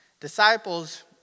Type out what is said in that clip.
Disciples